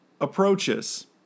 approaches